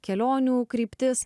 kelionių kryptis